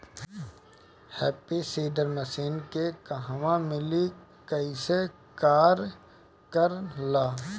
Happy seeder machine के कहवा मिली कैसे कार कर ला?